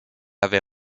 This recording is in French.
avait